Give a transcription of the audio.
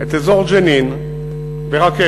את אזור ג'נין ברכבת,